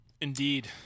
Indeed